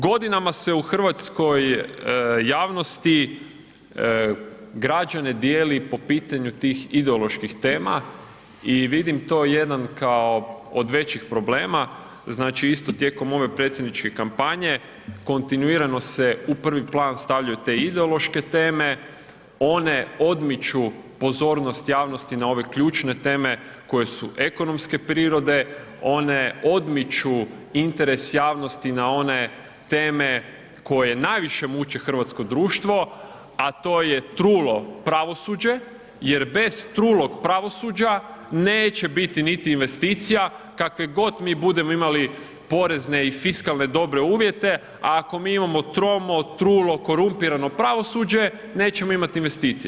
Godinama se u hrvatskoj javnosti građane dijeli po pitanju tih ideoloških tema i vidim to jedan kao od većih problema, znači isto tijekom ove predsjedničke kampanje, kontinuirano se u prvi plan stavljaju te ideološke teme, one odmiču pozornost javnost na ove ključne teme koje su ekonomske prirode, one odmiču interes javnosti na one teme koje najviše muče hrvatsko društvo a to je trulo pravosuđe jer bez trulog pravosuđa neće biti ni investicija kakve god mi budemo imali porezne i fiskalne dobre uvjete a ako mi imamo tromo, trulo, korumpirano pravosuđe, nećemo imati investicije.